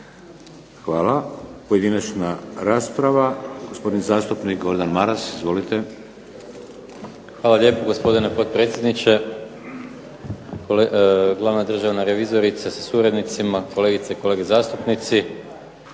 Hvala. Pojedinačna rasprava. Gospodin zastupnik Gordan Maras. Izvolite. **Maras, Gordan (SDP)** Hvala lijepo. Gospodine potpredsjedniče, glavna državna revizorice sa suradnicima, kolegice i kolege zastupnici.